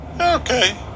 okay